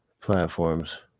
platforms